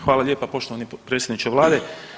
Hvala lijepo poštovani potpredsjedniče Vlade.